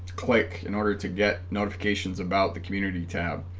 click in order to get notifications about the community tab